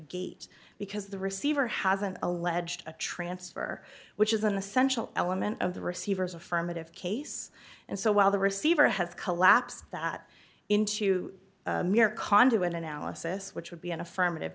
gate because the receiver hasn't alleged a transfer which is an essential element of the receiver's affirmative case and so while the receiver has collapsed that into a mere conduit analysis which would be an affirmative